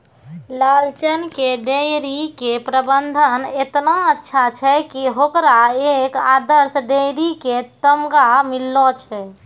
लालचन के डेयरी के प्रबंधन एतना अच्छा छै कि होकरा एक आदर्श डेयरी के तमगा मिललो छै